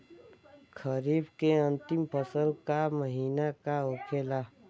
खरीफ के अंतिम फसल का महीना का होखेला?